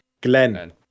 Glenn